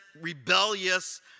rebellious